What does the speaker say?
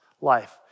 life